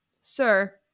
sir